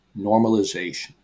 Normalization